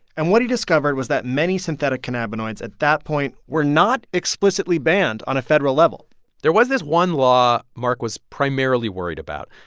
and what he discovered was that many synthetic cannabinoids at that point were not explicitly banned on a federal level there was this one law marc was primarily worried about,